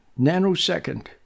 nanosecond